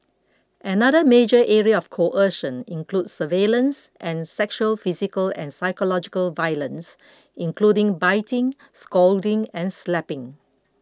another major area of coercion included surveillance and sexual physical and psychological violence including biting scalding and slapping